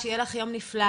למסגרת.